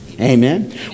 Amen